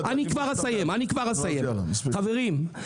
חברים,